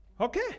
Okay